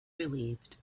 relieved